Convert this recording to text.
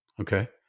Okay